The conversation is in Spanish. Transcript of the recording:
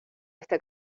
este